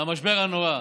מהמשבר הנורא.